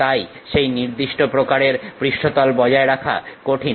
তাই সেই নির্দিষ্ট প্রকারের পৃষ্ঠতল বজায় রাখা কঠিন